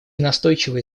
настойчивые